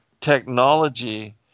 technology